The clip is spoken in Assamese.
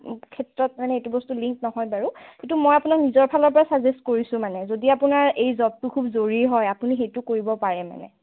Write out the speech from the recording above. ক্ষেত্ৰত মানে এইটো বস্তু মানে লিংক নহয় বাৰু কিন্তু মই আপোনাক নিজৰ ফালৰ পৰা চাজেষ্ট কৰিছোঁ মানে যদি আপোনাৰ এই জ'বটো খুব জৰুৰী হয় আপুনি সেইটো কৰিব পাৰে মানে